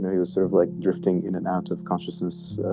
he was sort of like drifting in and out of consciousness,